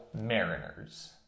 Mariners